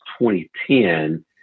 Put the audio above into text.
2010